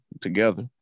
together